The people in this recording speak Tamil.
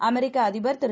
அமெரிக்கஅதிபர்திரு